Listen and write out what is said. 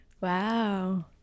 Wow